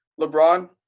LeBron